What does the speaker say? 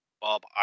Bob